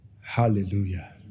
Hallelujah